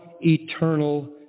eternal